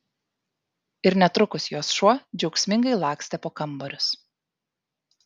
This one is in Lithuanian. ir netrukus jos šuo džiaugsmingai lakstė po kambarius